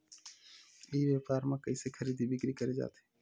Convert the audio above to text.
ई व्यापार म कइसे खरीदी बिक्री करे जाथे?